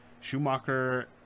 Schumacher